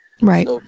Right